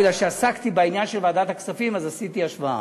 מכיוון שעסקתי בעניין של ועדת הכספים עשיתי השוואה.